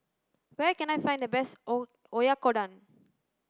where can I find the best O Oyakodon